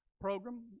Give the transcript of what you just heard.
program